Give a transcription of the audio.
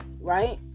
right